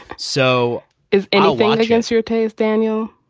so if anything, against your taste. daniel.